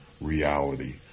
reality